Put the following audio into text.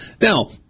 Now